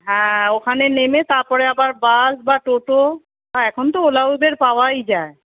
হ্যাঁ ওখানে নেমে তাপরে আবার বাস বা টোটো বা এখন তো ওলা উবের পাওয়াই যায়